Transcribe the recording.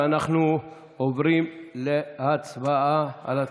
אנחנו עוברים להצבעה על,